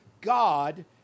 God